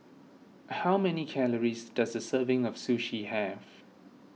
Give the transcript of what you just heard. how many calories does a serving of Sushi have